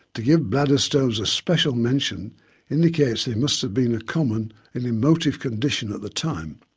to give bladder stones a special mention indicates they must have been a common and emotive condition at the time.